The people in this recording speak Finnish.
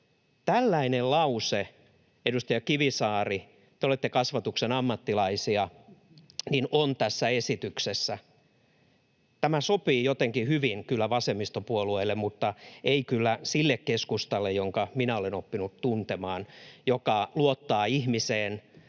Tällainen lause — edustaja Kivisaari, te olette kasvatuksen ammattilaisia — on tässä esityksessä. Tämä sopii jotenkin hyvin kyllä vasemmistopuolueille mutta ei kyllä sille keskustalle, jonka minä olen oppinut tuntemaan, joka luottaa ihmiseen